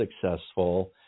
successful